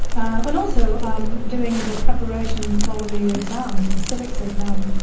and also, um doing the preparation for the exam, a civics exam.